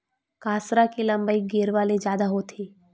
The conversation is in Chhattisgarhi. कांसरा के लंबई गेरवा ले जादा होथे